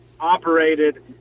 operated